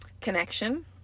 connection